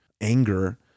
anger